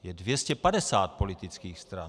Je 250 politických stran!